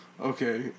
okay